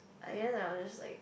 I am I was just like